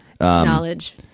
Knowledge